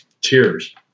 Cheers